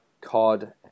cod